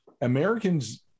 Americans